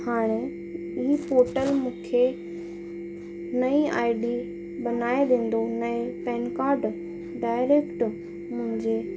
हाणे ई पोर्टल मूंखे नई आई डी बनाए ॾींदो नए पैन कार्ड डायरेक्ट मुंहिंजे